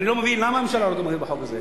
ואני לא מבין למה הממשלה לא תומכת בחוק הזה.